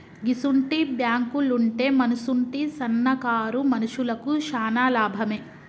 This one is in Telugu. గిసుంటి బాంకులుంటే మనసుంటి సన్నకారు మనుషులకు శాన లాభమే